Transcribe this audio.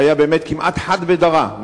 שהיתה כמעט אחת בדורה.